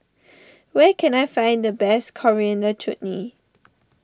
where can I find the best Coriander Chutney